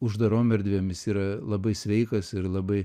uždarom erdvėm jis yra labai sveikas ir labai